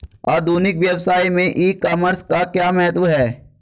आधुनिक व्यवसाय में ई कॉमर्स का क्या महत्व है?